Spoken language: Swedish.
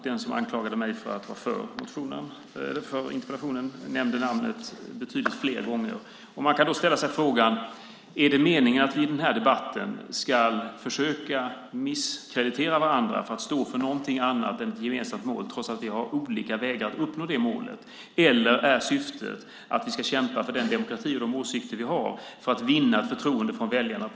Den som anklagade mig för att vara för interpellationen nämnde namnet betydligt fler gånger. Man kan då ställa sig frågan: Är det meningen att vi i den här debatten ska försöka misskreditera varandra för att stå för något annat än ett gemensamt mål, trots att vi har olika vägar att uppnå det målet, eller är syftet att vi ska kämpa för den demokrati och de åsikter vi har för att vinna förtroende från väljarna?